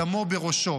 דמו בראשו.